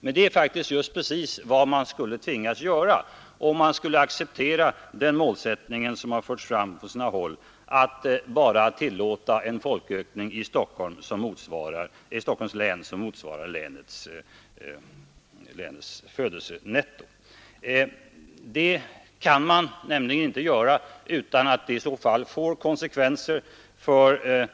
Men det är precis vad man skulle tvingas göra, om man accepterade den målsättning som förts fram på sina håll att i Stockholm bara tillåta en folkökning som motsvarar länets födelsenetto. Det kan man inte göra utan att det i så fall får konsekvenser för